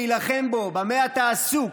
במקום להילחם בו, במה אתה עסוק?